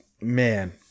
man